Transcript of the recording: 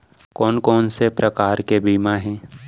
कोन कोन से प्रकार के बीमा हे?